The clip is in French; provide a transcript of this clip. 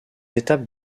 étapes